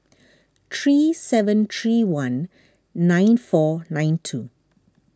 three seven three one nine four nine two